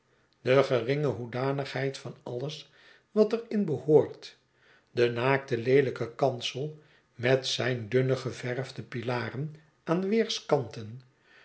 de geringe hoedanigheid van alles wat er in behoort de naakte leelijke kansel met zijn dunne geverwde pilaren aan weerskanten